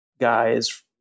guys